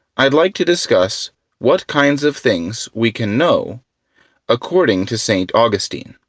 i'd like to discuss what kinds of things we can know according to st. augustine.